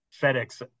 FedEx